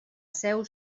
seu